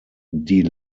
die